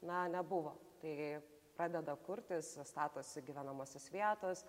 na nebuvo tai pradeda kurtis statosi gyvenamosios vietos